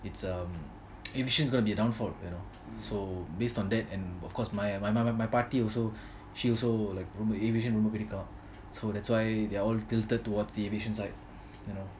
it's um aviation is going to be a downfall you know so based on that and of course my my my my party also she also like ரொம்ப:romba aviation ரொம்ப பிடிக்கும்:romba pidikum so that's why they are tilted towards aviation side you know